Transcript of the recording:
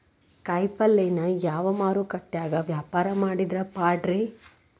ಕಾಯಿಪಲ್ಯನ ಯಾವ ಮಾರುಕಟ್ಯಾಗ ವ್ಯಾಪಾರ ಮಾಡಿದ್ರ ಪಾಡ್ರೇ?